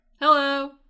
Hello